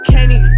Kenny